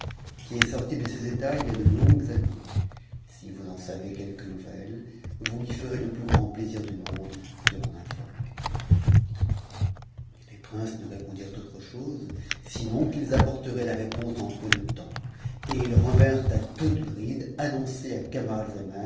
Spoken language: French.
qui est sorti de ses états il de longues années si vous en savez quelques nouvelles vous lui fele plus grand plaisir du monde de l'en informer es princes ne répondirent autre chose sinon qu'ils apporteraient la enonse dans peu de temps et ils revinrent à toute bride annoncer à